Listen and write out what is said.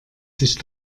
sich